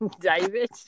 David